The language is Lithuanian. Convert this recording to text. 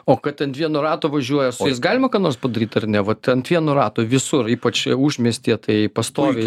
o kad ant vieno rato važiuoja su jais galima ką nors padaryt ar ne vat ant vieno rato visur ypač užmiestyje tai pastoviai